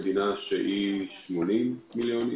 מדינה שהיא בין 80 ל-90 מיליון,